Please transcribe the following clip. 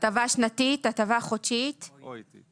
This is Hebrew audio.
הטבה שנתית, הטבה חודשית או עיתית.